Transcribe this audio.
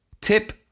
Tip